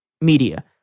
media